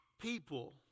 people